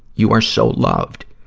you are so loved.